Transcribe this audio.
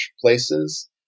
places